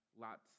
lots